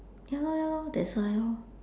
ya lor ya lor that's why lor